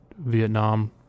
Vietnam